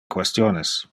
questiones